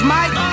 Mike